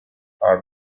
are